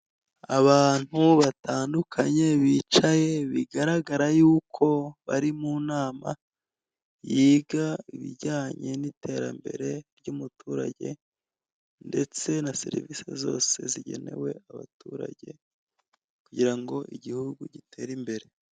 Abantu batandukanye bicaye bigaragara yuko bari mu nama yiga ibijyanye n'iterambere ry'umuturage ndetse na serivise zose zigenewe abaturage kugira ngo igihugu gitere imbere.